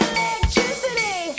Electricity